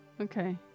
Okay